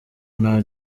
nta